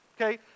okay